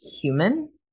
human